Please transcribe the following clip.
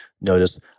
notice